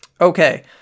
Okay